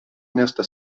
nesta